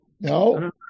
No